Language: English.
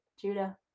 Judah